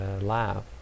laugh